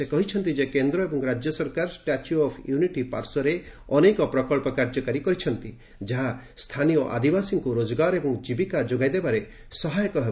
ସେ କହିଛନ୍ତି ଯେ କେନ୍ଦ୍ର ଏବଂ ରାଜ୍ୟ ସରକାର ଷ୍ଟାଚ୍ୟୁ ଅଫ ୟୁନିଟ୍ ପାର୍ଶ୍ୱରେ ଅନେକ ପ୍ରକଳ୍ପ କାର୍ଯ୍ୟକାରୀ କରିଛନ୍ତି ଯାହା ସ୍ଥାନୀୟ ଆଦିବାସୀମାନଙ୍କୁ ରୋଜଗାର ଏବଂ ଜୀବିକା ଯୋଗାଇ ଦେବାରେ ସହାୟକ ହେବ